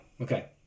Okay